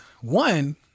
One